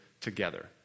together